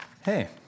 hey